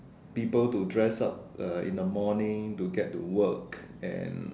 people to dress up uh in the morning to get to work and